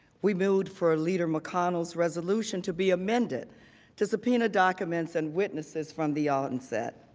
we moved for ah leader mcconnell's resolution to be amended to subpoena documents and witnesses from the onset.